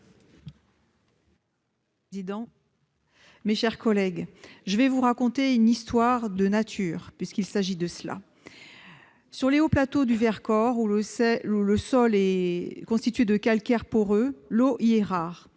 Mes chers collègues, je vais vous raconter une histoire de nature. Sur les hauts plateaux du Vercors, où le sol est constitué de calcaire poreux, l'eau est rare.